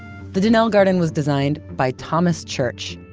the donnell garden was designed by thomas church,